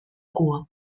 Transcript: cua